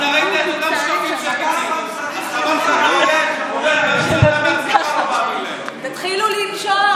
אתה ראית את אותם שקרים, תתחילו למשול.